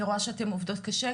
אני רואה שאתן עובדות קשה,